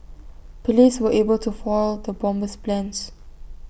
Police were able to foil the bomber's plans